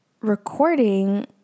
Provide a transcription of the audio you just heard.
recording